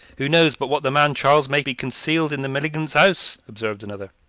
who knows but what the man charles may be concealed in the malignant's house? observed another.